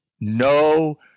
no